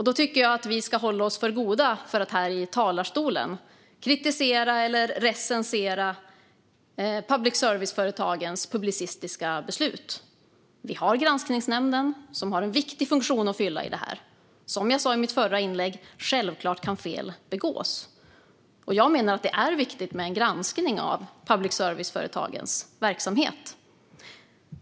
Då tycker jag att vi ska hålla oss för goda för att här i talarstolen kritisera eller recensera public service-företagens publicistiska beslut. Vi har Granskningsnämnden som har en viktig funktion att fylla i detta. Som jag sa i mitt förra inlägg kan fel självklart begås. Jag menar att det är viktigt med en granskning av public service-företagens verksamhet.